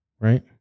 right